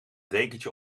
dekentje